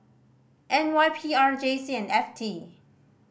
N Y P R J C and F T